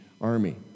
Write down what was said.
army